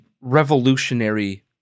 revolutionary